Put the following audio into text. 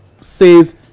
says